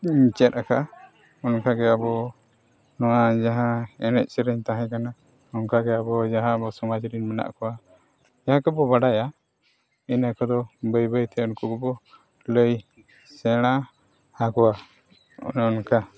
ᱪᱮᱫ ᱟᱠᱟᱫᱼᱟ ᱚᱱᱠᱟ ᱜᱮ ᱟᱵᱚ ᱱᱚᱣᱟ ᱡᱟᱦᱟᱸ ᱮᱱᱮᱡᱼᱥᱮᱨᱮᱧ ᱛᱮᱦᱮᱸ ᱠᱟᱱᱟ ᱚᱱᱠᱟ ᱜᱮ ᱟᱵᱚ ᱡᱟᱦᱟᱸ ᱟᱵᱚ ᱥᱚᱢᱟᱡᱽ ᱨᱮᱱ ᱢᱮᱱᱟᱜ ᱠᱚᱣᱟ ᱡᱟᱦᱟᱸᱭ ᱠᱚᱠᱚ ᱵᱟᱰᱟᱭᱟ ᱤᱱᱟᱹ ᱠᱚᱫᱚ ᱵᱟᱹᱭᱼᱵᱟᱹᱭᱛᱮ ᱩᱱᱠᱩ ᱦᱚᱸᱠᱚ ᱞᱟᱹᱭ ᱥᱮᱬᱟ ᱟᱠᱚᱣᱟ ᱚᱱᱮ ᱚᱱᱠᱟ